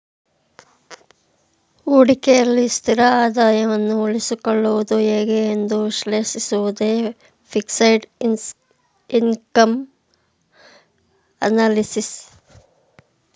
ಹೂಡಿಕೆಯಲ್ಲಿ ಸ್ಥಿರ ಆದಾಯವನ್ನು ಉಳಿಸಿಕೊಳ್ಳುವುದು ಹೇಗೆ ಎಂದು ವಿಶ್ಲೇಷಿಸುವುದೇ ಫಿಕ್ಸೆಡ್ ಇನ್ಕಮ್ ಅನಲಿಸಿಸ್